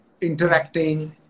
interacting